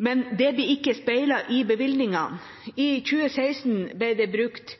men dette blir ikke speilet i bevilgningene. I 2016 ble det brukt